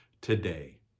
today